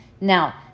Now